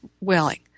willing